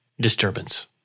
Disturbance